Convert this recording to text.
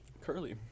Curly